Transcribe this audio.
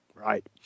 Right